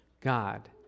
God